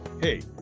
Hey